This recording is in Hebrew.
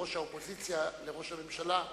יושב-ראש האופוזיציה לראש הממשלה vis-a-vis,